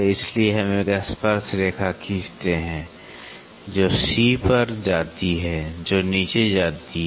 इसलिए हम एक स्पर्श रेखा खींचते हैं जो C पर जाती है जो नीचे जाती है